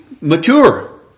mature